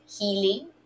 healing